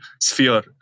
sphere